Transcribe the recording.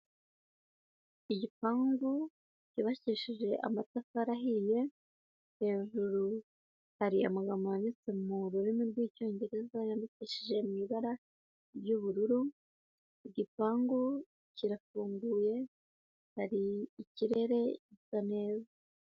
Igipangu cyubakisheje amatafari ahiye, hejuru hari amagambo yanditse mu rurimi rw'Icyongereza yandikishije mu ibara ry'ubururu, ku gipangu kirafunguye hari ikirere gisa neza.